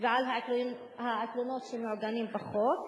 ועל העקרונות שמעוגנים בחוק.